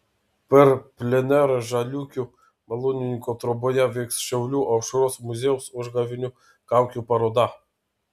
per plenerą žaliūkių malūnininko troboje veiks šiaulių aušros muziejaus užgavėnių kaukių paroda